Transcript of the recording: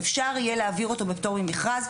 אפשר יהיה להעביר אותו בפטור ממכרז.